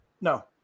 No